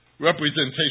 Representation